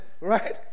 right